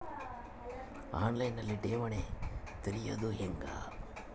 On line ಠೇವಣಿ ತೆರೆಯೋದು ಹೆಂಗ?